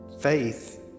faith